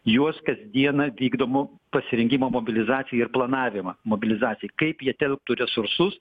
juos kasdieną vykdomų pasirengimo mobilizacijai ir planavimą mobilizacijai kaip jie telktų resursus